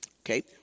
okay